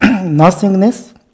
nothingness